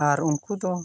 ᱟᱨ ᱩᱱᱠᱩᱫᱚ